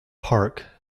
park